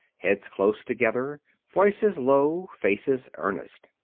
heads close together, voices low, faces earnest.